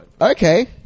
okay